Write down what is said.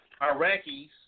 Iraqis